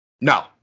No